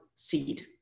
Seed